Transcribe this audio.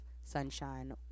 sunshine